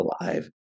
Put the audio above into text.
alive